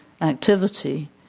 activity